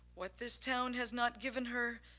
what this town has not given her,